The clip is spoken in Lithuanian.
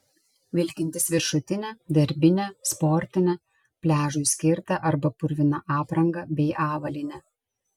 vilkintys viršutinę darbinę sportinę pliažui skirtą arba purviną aprangą bei avalynę